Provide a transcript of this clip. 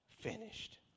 finished